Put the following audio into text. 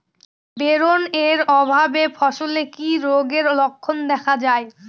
Boron এর অভাবে ফসলে কি রোগের লক্ষণ দেখা যায়?